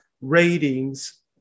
ratings